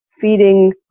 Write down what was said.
feeding